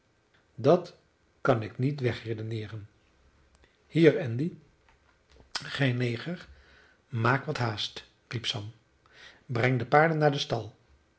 dat kan ik niet wegredeneeren hier andy gij neger maak wat haast riep sam breng de paarden naar den stal